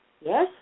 yes